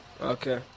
Okay